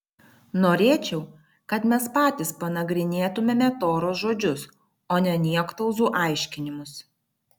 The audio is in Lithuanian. norėčiau kad mes patys panagrinėtumėme toros žodžius o ne niektauzų aiškinimus